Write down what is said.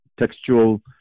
textual